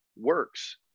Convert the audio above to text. works